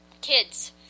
kids